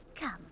Come